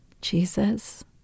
Jesus